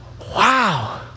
Wow